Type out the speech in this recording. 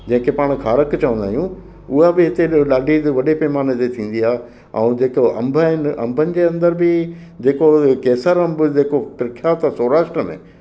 जंहिं खे पाणि खारेक चवंदा आहियूं उहा बि हिते ॾाढी हिते वॾे पैमाने ते थींदी आहे ऐं जे को अंब आहिनि अंबनि जे अंदरि बि जे को केसर अंब जे को प्रख्यात आहे सौराष्ट्र में